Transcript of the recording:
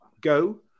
go